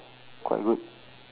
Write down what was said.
quite good